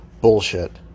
bullshit